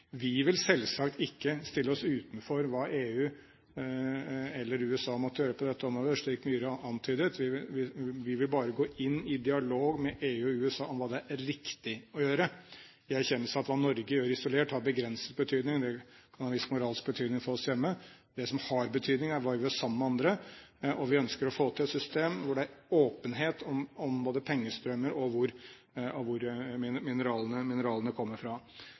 Vi vil selvsagt ikke stille oss utenfor hva EU eller USA måtte gjøre på dette området, slik Myhre antydet. Vi vil bare gå inn i dialog med EU og USA om hva det er riktig å gjøre i erkjennelse av hva Norge gjør isolert, har begrenset betydning. Det kan ha en viss moralsk betydning for oss hjemme. Det som har betydning, er hva vi gjør sammen med andre. Og vi ønsker å få til et system hvor det er åpenhet om både pengestrømmer og hvor mineralene kommer fra.